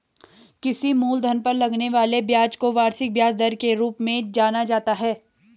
किसी मूलधन पर लगने वाले ब्याज को वार्षिक ब्याज दर के रूप में जाना जाता है